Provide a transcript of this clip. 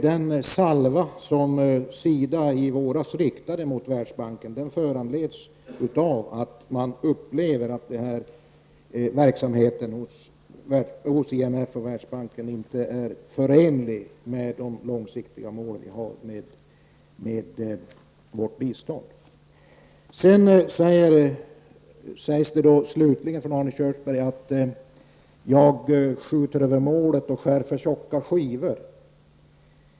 Den salva som SIDA i våras riktade mot Världsbanken föranleddes av att man upplever att verksamheten hos IMF och Världsbanken inte är förenlig med de långsiktiga målen för vårt bistånd. Arne Kjörnsberg sade också att jag skjuter över målet och skär för tjocka skivor.